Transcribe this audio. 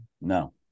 No